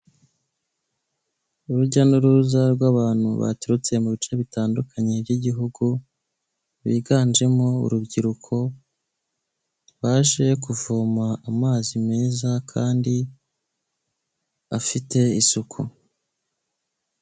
Urujya n'uruza rw'abantu baturutse mu bice bitandukanye by'igihugu biganjemo urubyiruko baje kuvoma amazi meza kandi afite isuku.